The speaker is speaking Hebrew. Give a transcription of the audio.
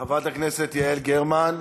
חברת הכנסת יעל גרמן,